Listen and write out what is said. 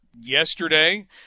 yesterday